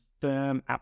firm